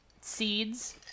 seeds